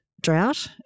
drought